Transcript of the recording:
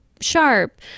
sharp